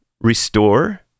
Restore